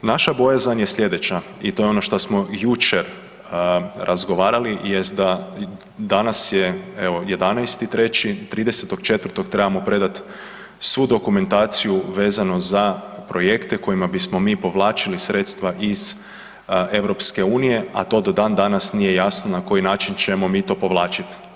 Naša bojazan je slijedeća i to je ono što smo jučer razgovarali jest da, danas je evo 11.3., 30.4. trebamo predati svu dokumentaciju vezano za projekte kojim bismo mi povlačili sredstva iz EU, a to do dan danas nije jasno na koji način ćemo mi to povlačiti.